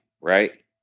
right